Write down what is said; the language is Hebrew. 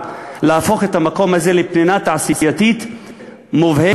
להפוך את המקום הזה לפנינה תעשייתית מובהקת,